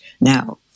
now